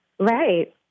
Right